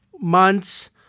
month's